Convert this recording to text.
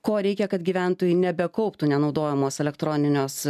ko reikia kad gyventojai nebekauptų nenaudojamus elektroninius